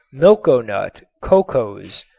milkonut, cocose,